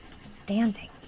standing